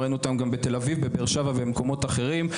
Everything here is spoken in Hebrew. ראינו אותם גם בתל אביב, בבאר שבע, במקומות אחרים.